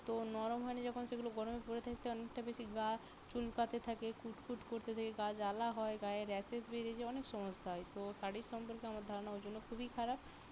তো নরম হয় না যখন সেগুলো গরমে পরে থাকতে অনেকটা বেশি গা চুলকাতে থাকে কুটকুট করতে থাকে গা জ্বালা হয় গায়ে র্যাশেস বেরিয়ে যায় অনেক সমস্যা হয় তো শাড়ির সম্পর্কে আমার ধারণা ওই জন্য খুবই খারাপ